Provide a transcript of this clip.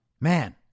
Man